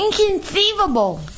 Inconceivable